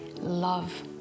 love